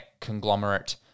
conglomerate